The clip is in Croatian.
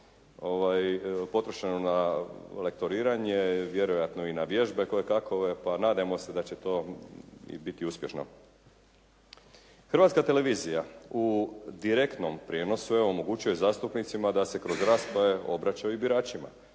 potrošeno na lektoriranje vjerojatno i na vježbe kojekakove pa nadajmo se da će to i biti uspješno. Hrvatska televizija u direktnom prijenosu evo omogućuje zastupnicima da se kroz rasprave obraćaju i biračima.